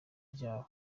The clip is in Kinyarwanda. ryabyo